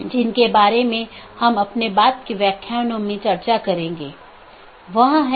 इसलिए open message दो BGP साथियों के बीच एक सेशन खोलने के लिए है दूसरा अपडेट है BGP साथियों के बीच राउटिंग जानकारी को सही अपडेट करना